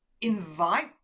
invite